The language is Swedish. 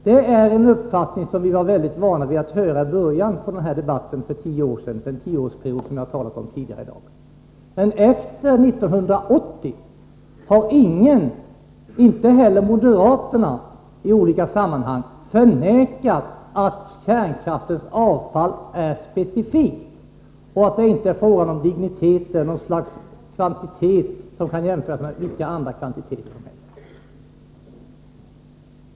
Detta är en uppfattning som vi var vana att höra i debatten i början av den tioårsperiod som jag nämnde tidigare. Men efter 1980 har ingen, inte heller moderaterna, i något sammanhang förnekat att kärnkraftens avfall är specifikt och att det inte är en fråga om dignitet, att det inte gäller en kvantitet som kan jämföras med vilka andra kvantiteter som helst.